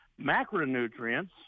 macronutrients